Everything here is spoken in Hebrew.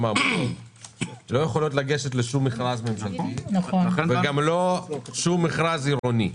העמותות לא יכולות לגשת לשום מכרז ממשלתי וגם לא מכרז עירוני.